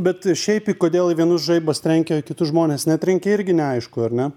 bet šiaip į kodėl į vienus žaibas trenkia o į kitus žmones netrenkia irgi neaišku ar ne